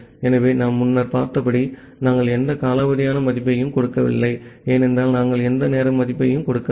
ஆகவே நாம் முன்னர் பார்த்தபடி நாங்கள் எந்த காலாவதியான மதிப்பையும் கொடுக்கவில்லை ஏனென்றால் நாங்கள் எந்த நேர மதிப்பையும் கொடுக்கவில்லை